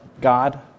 God